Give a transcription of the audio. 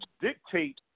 dictate